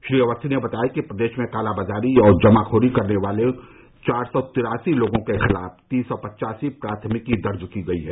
श्री अवस्थी ने बताया कि प्रदेश में कालाबाजारी और जमाखोरी करने वाले चार सौ चौरासी लोगों के खिलाफ तीन सौ पच्चासी प्राथमिकी दर्ज की गई हैं